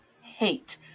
hate